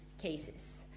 cases